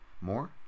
more